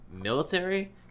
military